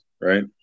right